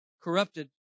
Corrupted